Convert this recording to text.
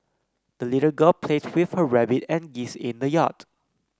the little girl played with her rabbit and geese in the yard